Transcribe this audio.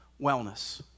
wellness